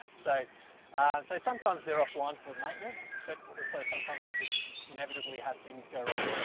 so so sometimes they're offline for maintenance, but also sometimes we just inevitably have things go wrong.